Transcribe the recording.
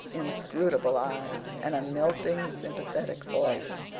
inscrutable eyes, and a melting, sympathetic voice.